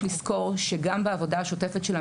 יש לזכור שגם בעבודה השוטפת של המשרד,